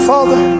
Father